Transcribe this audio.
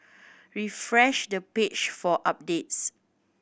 refresh the page for updates